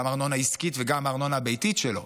גם מהארנונה העסקית וגם מהארנונה הביתית שלו.